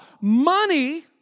money